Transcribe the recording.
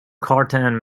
cartan